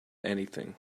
anything